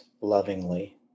lovingly